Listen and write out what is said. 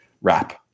wrap